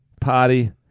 Party